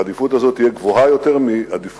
העדיפות הזאת תהיה גבוהה יותר מעדיפויות